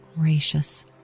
gracious